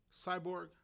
Cyborg